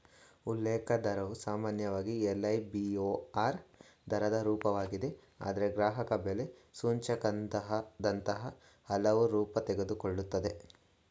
ಉಲ್ಲೇಖ ದರವು ಸಾಮಾನ್ಯವಾಗಿ ಎಲ್.ಐ.ಬಿ.ಓ.ಆರ್ ದರದ ರೂಪವಾಗಿದೆ ಆದ್ರೆ ಗ್ರಾಹಕಬೆಲೆ ಸೂಚ್ಯಂಕದಂತಹ ಹಲವು ರೂಪ ತೆಗೆದುಕೊಳ್ಳುತ್ತೆ